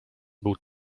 był